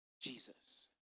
Jesus